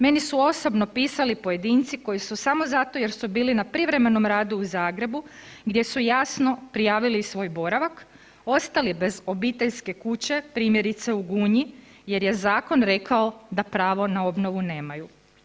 Meni su osobno pisali pojedinci koji su samo zato jer su bili na privremenom radu u Zagrebu gdje su jasno prijavili svoj boravak ostali bez obiteljske kuće primjerice u Gunji jer je zakon rekao da pravo na obnovu nemaju.